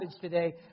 today